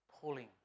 pulling